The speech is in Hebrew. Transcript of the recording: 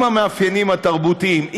עם המאפיינים התרבותיים,